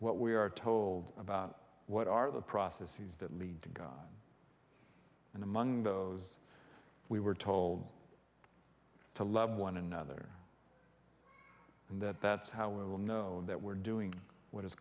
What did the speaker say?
what we are told about what are the processes that lead to go and among those we were told to love one another and that that's how we will know that we're doing what i